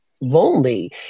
lonely